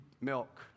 milk